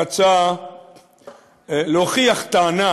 רצה להוכיח טענה.